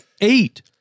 eight